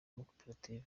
amakoperative